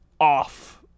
Off